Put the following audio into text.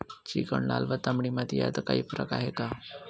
Chicken, लाल व तांबडी माती यात काही फरक आहे का?